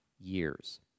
years